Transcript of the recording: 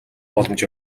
боломж